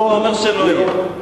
השר שלך אומר שלא יהיה.